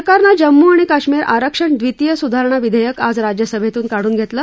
सरकारनं जम्मू आणि काश्मीर आरक्षण द्वितीय सुधारणा विधेयक आज राज्यसभेतून काढून घेतलं